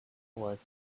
wars